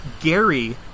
Gary